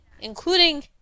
including